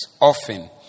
often